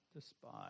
despise